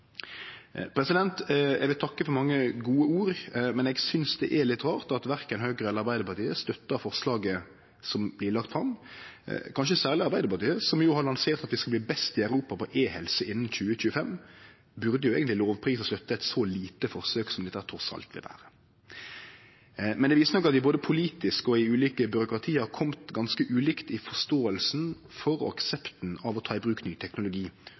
Eg vil takke for mange gode ord, men eg synest det er litt rart at verken Høgre eller Arbeidarpartiet støttar forslaget som blir lagt fram. Kanskje særleg Arbeidarpartiet, som jo har lansert at vi skal bli best i Europa på e-helse innan 2025, burde eigentleg lovprise og støtte eit så lite forsøk som dette trass i alt vil vere. Men det viser nok at vi både politisk og i ulike byråkrati har kome ganske ulikt i forståinga for og aksepten av å ta i bruk ny teknologi